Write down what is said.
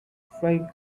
flying